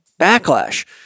backlash